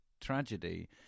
tragedy